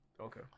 Okay